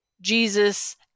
Jesus